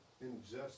injustice